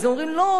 אז הם אומרים: לא,